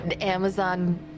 Amazon